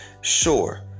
sure